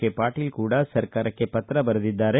K Patil ಕೂಡಾ ಸರ್ಕಾರಕ್ಕೆ ಪತ್ರ ಬರೆದಿದ್ದಾರೆ